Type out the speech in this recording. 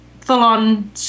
full-on